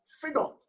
freedom